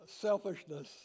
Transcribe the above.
selfishness